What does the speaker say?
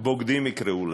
בוגדים יקראו להם,